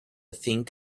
think